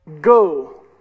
Go